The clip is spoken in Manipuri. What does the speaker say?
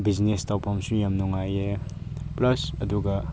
ꯕꯤꯖꯤꯅꯦꯁ ꯇꯧꯐꯝꯁꯨ ꯌꯥꯝ ꯅꯨꯡꯉꯥꯏꯌꯦ ꯄ꯭ꯂꯁ ꯑꯗꯨꯒ